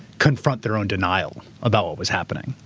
confront their own denial about what was happening.